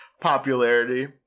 popularity